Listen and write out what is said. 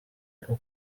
uko